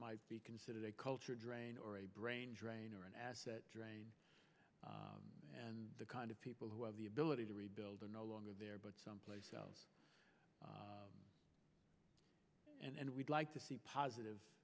might be considered a culture drain or a brain drain or an asset drain and the kind of people who have the ability to rebuild are no longer there but someplace and we'd like to see positive